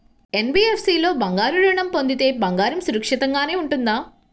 NBFC లో బంగారు ఋణం పొందితే బంగారం సురక్షితంగానే ఉంటుందా?